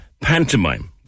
Pantomime